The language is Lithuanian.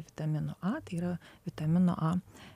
vitaminu a tai yra vitamino a